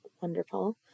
wonderful